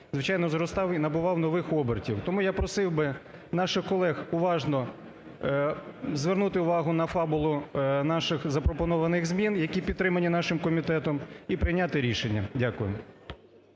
звичайно, зростав і набував нових обертів. Тому я просив би наших колег уважно звернути увагу на фабулу наших запропонованих змін, які підтримані нашим комітетом і прийняти рішення. Дякую.